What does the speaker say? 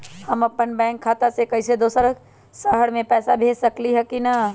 हम अपन बैंक खाता से कोई दोसर शहर में पैसा भेज सकली ह की न?